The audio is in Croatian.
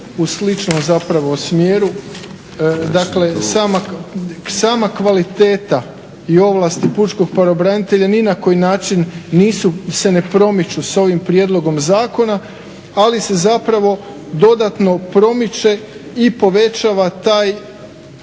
u sličnom zapravo smjeru. Dakle, sama kvaliteta i ovlasti pučkog pravobranitelja ni na koji način se ne promiču s ovim prijedlogom zakona, ali se zapravo dodatno promiče i povećava taj